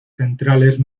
centrales